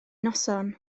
noson